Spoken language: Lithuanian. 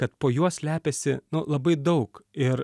kad po juo slepiasi nu labai daug ir